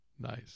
Nice